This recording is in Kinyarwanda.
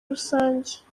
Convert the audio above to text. rusange